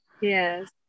Yes